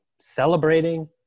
Celebrating